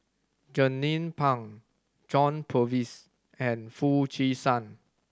Jernnine Pang John Purvis and Foo Chee San